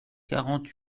quarante